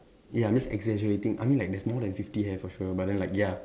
ya I'm just exaggerating I mean like there's more than fifty hairs for sure but then like ya